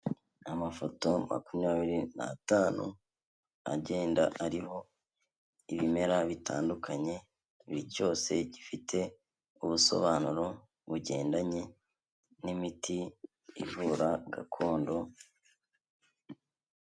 Amafoto makumyabiri n'atanu agenda ariho ibimera bitandukanye, buri cyose gifite ubusobanuro bugendanye n'imiti ivura indwara gakondo.